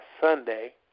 Sunday